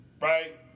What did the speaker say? right